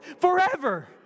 forever